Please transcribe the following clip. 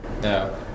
No